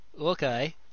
okay